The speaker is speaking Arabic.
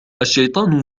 الشيطان